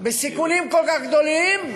בסיכונים כל כך גדולים,